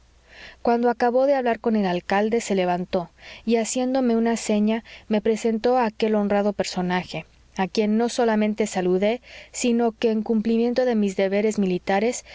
cuando acabó de hablar con el alcalde se levantó y haciéndome una seña me presentó a aquel honrado personaje a quien no solamente saludé sino que en cumplimiento de mis deberes militares